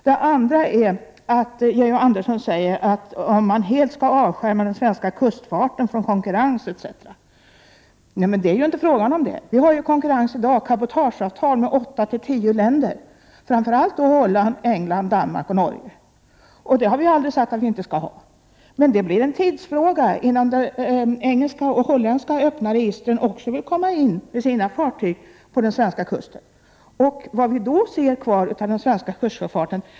Det andra är att Georg Andersson säger att man då helt skulle avskärma den svenska kustsjöfarten från konkurrens. Men det är ju inte fråga om det. Vi har konkurrens i dag. Vi har cabotageavtal med åtta tio länder, framför allt Holland, England, Danmark och Norge. Det har vi aldrig sagt nej till. Det är bara en tidsfråga innan Englands och Hollands öppna register också vill komma in med sina fartyg på den svenska kusten. Vad ser vi då kvar av den svenska kustsjöfarten?